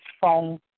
phone